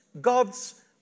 God's